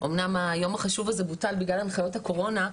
אמנם היום החשוב הזה בוטל בגלל הנחיות הקורונה,